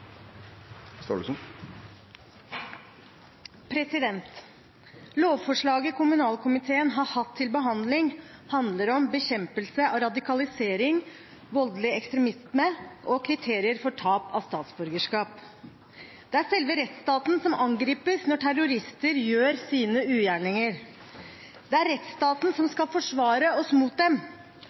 omme. Lovforslaget kommunalkomiteen har hatt til behandling, handler om bekjempelse av radikalisering, voldelig ekstremisme og kriterier for tap av statsborgerskap. Det er selve rettsstaten som angripes når terrorister gjør sine ugjerninger. Det er rettsstaten som skal forsvare oss mot dem.